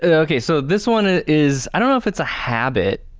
ah okay. so, this one ah is, i don't know if it's a habit,